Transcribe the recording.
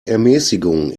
ermäßigung